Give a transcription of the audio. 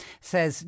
says